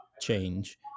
change